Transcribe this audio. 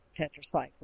tetracycline